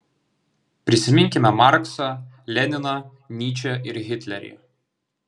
prisiminkime marksą leniną nyčę ir hitlerį